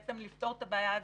ולפתור את הבעיה הזאת.